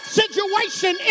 situation